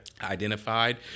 identified